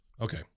Okay